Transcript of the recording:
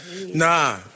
Nah